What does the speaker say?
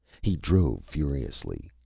he drove furiously.